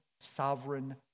sovereign